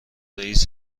رئیس